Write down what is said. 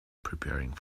preparing